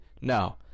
no